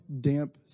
damp